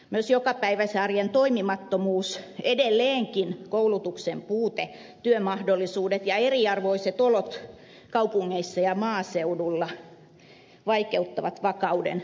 myös jokapäiväisen arjen toimimattomuus edelleenkin koulutuksen puute huonot työmahdollisuudet ja eriarvoiset olot kaupungeissa ja maaseudulla vaikeuttavat vakauden vahvistamista